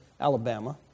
Alabama